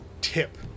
tip